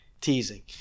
teasing